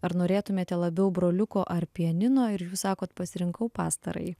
ar norėtumėte labiau broliuko ar pianino ir sakot pasirinkau pastarąjį